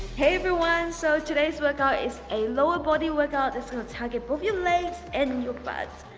hey everyone, so today's workout is a lower body workout. it's gonna target both your legs and your butt.